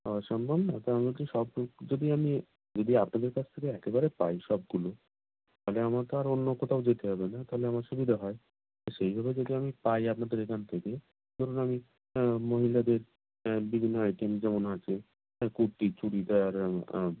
পাওয়া সম্ভব না তো আমি বলছি সব যদি আমি যদি আপনাদের কাছ থেকে একেবারে পাই সবগুলো তাহলে আমাকে আর অন্য কোথাও যেতে হবে না তাহলে আমার সুবিধা হয় তো সেইভাবে যদি আমি পাই আপনাদের এখান থেকে ধরুন আমি মহিলাদের বিভিন্ন আইটেম যেমন আছে কুর্তি চুড়িদার